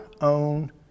own